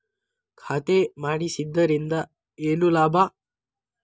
ಖಾತೆ ಮಾಡಿಸಿದ್ದರಿಂದ ಏನು ಲಾಭ?